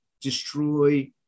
destroy